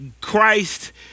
Christ